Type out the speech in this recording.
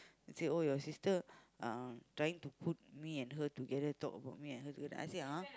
and say oh your sister uh trying to put me and her together talk about me and her I say !huh!